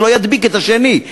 שלא ידביק את השני,